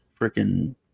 freaking